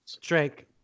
Drake